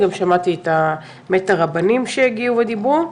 גם שמעתי את הרבנים שהגיעו ודיברו,